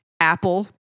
Apple